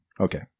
Okay